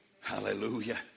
Hallelujah